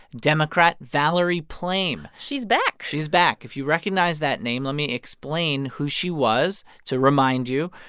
democrat valerie plame she's back she's back. if you recognize that name, let me explain who she was. to remind you,